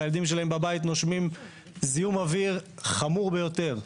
והילדים שלהם בבית נושמים זיהום אוויר חמור ביותר.